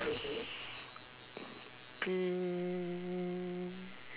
pay